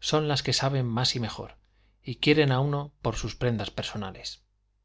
son las que saben más y mejor y quieren a uno por sus prendas personales